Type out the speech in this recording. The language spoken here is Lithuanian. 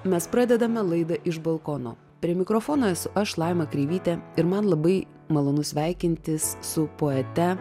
mes pradedame laidą iš balkono prie mikrofono esu aš laima kreivytė ir man labai malonu sveikintis su poete